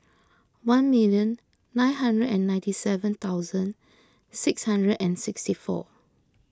one million nine hundred and ninety seven thousand six hundred and sixty four